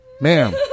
Ma'am